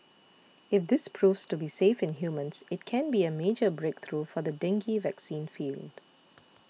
if this proves to be safe in humans it can be a major breakthrough for the dengue vaccine field